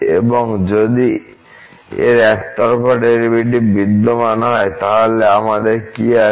এবং যদি এর একতরফা ডেরিভেটিভ বিদ্যমান হয় তাহলে আমাদের কি আছে